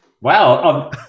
wow